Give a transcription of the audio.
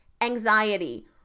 anxiety